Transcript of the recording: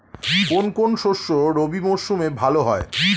কোন কোন শস্য রবি মরশুমে ভালো হয়?